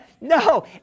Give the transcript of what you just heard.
No